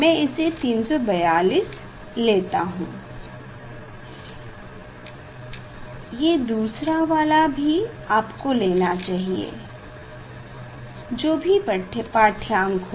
मै इसे 342 लेता हूँ ये दूसरा वाला भी आपको लेना चाहिए जो भी पाढ़यांक हो